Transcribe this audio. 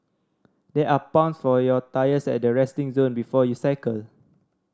there are pumps for your tyres at the resting zone before you cycle